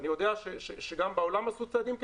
אני יודע שגם בעולם עשו צעדים כאלה,